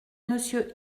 monsieur